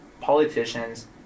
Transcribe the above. politicians